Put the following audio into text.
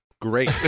Great